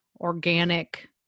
organic